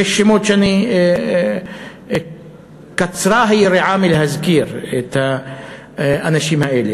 יש שמות וקצרה היריעה מלהזכיר את האנשים האלה.